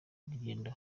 urugendo